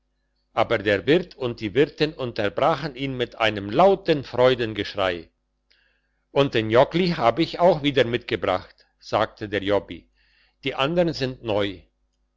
aber der wirt und die wirtin unterbrachen ihn mit einem lauten freudengeschrei und den jockli hab ich auch wieder mitgebracht sagte der jobbi die andern sind neu